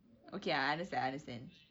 okay I understand I understand